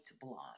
blonde